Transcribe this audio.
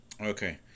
Okay